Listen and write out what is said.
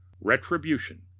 RETRIBUTION